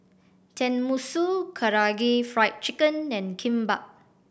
Tenmusu Karaage Fried Chicken and Kimbap